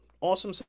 Awesome